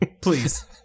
please